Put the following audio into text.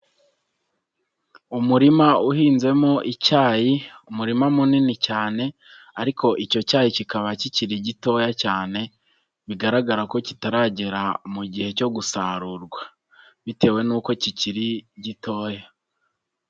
Umurima uhinzemo icyayi, umurima munini cyane ariko icyo cyayi kikaba kikiri gitoya cyane, bigaragara ko kitaragera mu gihe cyo gusarurwa, bitewe n'uko kikiri gitoya.